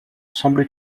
semble